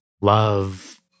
love